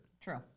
True